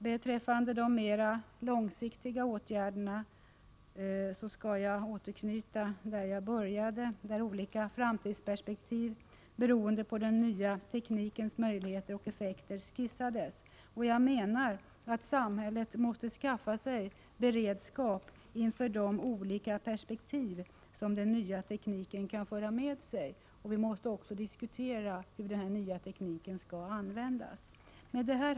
Beträffande de mer långsiktiga åtgärderna skall jag återknyta till där jag började, där olika framtidsperspektiv beroende på den nya teknikens möjligheter och effekter skissades. Jag menar att samhället måste skaffa sig beredskap inför de olika perspektiv som den nya tekniken kan föra med sig. Vi måste också diskutera hur den nya tekniken skall användas. Herr talman!